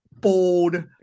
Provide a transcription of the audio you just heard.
bold